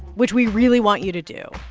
which we really want you to do,